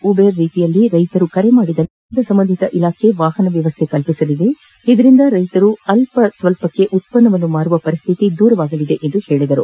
Uber ರೀತಿಯಲ್ಲಿ ರೈತರು ಕರೆ ಮಾಡಿದ್ದಲ್ಲಿ ಸರ್ಕಾರದ ಸಂಬಂಧಿತ ಇಲಾಖೆ ವಾಹನ ವ್ಯವಸ್ಥೆ ಕಲ್ಪಿಸಲಿದೆ ಇದರಿಂದ ರೈತರು ಅಲ್ಲಸ್ವಲ್ಲಕ್ಷೆ ಉತ್ಪನ್ನವನ್ನು ಮಾರುವ ಪರಿಸ್ಥಿತಿ ದೂರವಾಗಲಿದೆ ಎಂದರು